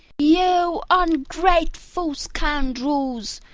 you ungrateful scoundrels,